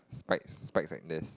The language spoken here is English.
spikes spikes like this